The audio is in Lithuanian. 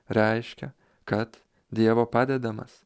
reiškia kad dievo padedamas